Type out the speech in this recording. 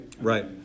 right